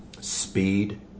speed